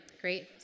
Great